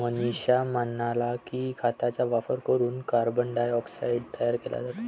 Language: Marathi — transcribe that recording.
मनीषा म्हणाल्या की, खतांचा वापर करून कार्बन डायऑक्साईड तयार केला जातो